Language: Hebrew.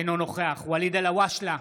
אינו נוכח ואליד אלהואשלה,